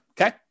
Okay